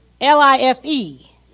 L-I-F-E